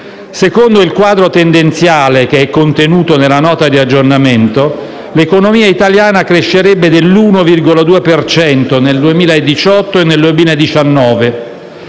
Secondo il quadro tendenziale contenuto nella Nota di aggiornamento, l'economia italiana crescerebbe dell'1,2 per cento nel 2018